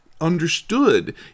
understood